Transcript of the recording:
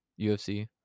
UFC